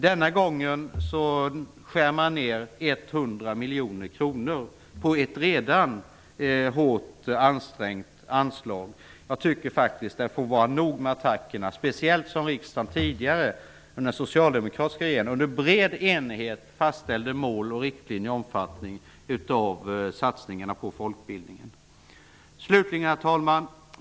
Denna gång skär man ned det redan hårt ansträngda anslaget med 100 miljoner kronor. Jag tycker att det nu får vara nog med dessa attacker, speciellt som riksdagen under den socialdemokratiska regeringstiden i bred enighet fastställde mål, riktlinjer och omfattning för satsningarna på folkbildningen. Herr talman!